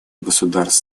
государств